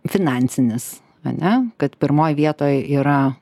finansinis ane kad pirmoj vietoj yra